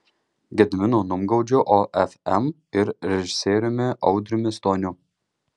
gediminu numgaudžiu ofm ir režisieriumi audriumi stoniu